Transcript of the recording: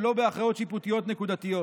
ולא בהכרעות שיפוטיות נקודתיות.